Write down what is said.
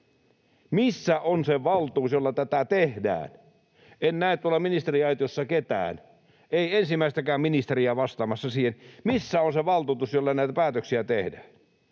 Missä on se valtuus, jolla tätä tehdään? En näe tuolla ministeriaitiossa ketään, ei ensimmäistäkään ministeriä vastaamassa siihen, missä on se valtuutus, jolla näitä päätöksiä tehdään.